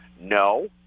No